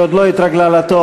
היא עוד לא התרגלה לתואר.